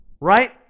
Right